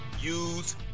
use